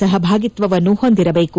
ಸಹಭಾಗಿತ್ವವನ್ನು ಹೊಂದಿರಬೇಕು